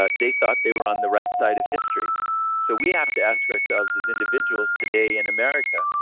ah they thought they were on the right side of history so we have to ask ourselves as individuals today in america,